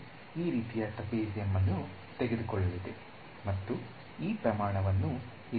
ಇದು ಈ ರೀತಿಯ ಟ್ರೆಪೆಜಿಯಂ ಅನ್ನು ತೆಗೆದುಕೊಳ್ಳಲಿದೆ ಮತ್ತು ಈ ಪ್ರಮಾಣವನ್ನು ಇಲ್ಲಿ ಅಂದಾಜಿಸಲಾಗಿದೆ